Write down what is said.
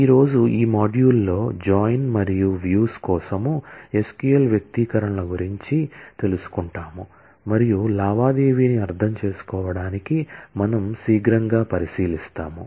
ఈ రోజు ఈ మాడ్యూల్లో జాయిన్ కోసం SQL వ్యక్తీకరణల గురించి తెలుసుకుంటాము మరియు లావాదేవీని అర్థం చేసుకోవడానికి మనం శీఘ్రంగా పరిశీలిస్తాము